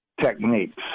techniques